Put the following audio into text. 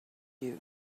you